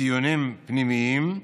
ציונים פנימיים,